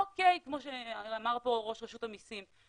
אוקיי, כמו שאמר פה ראש רשות המסים,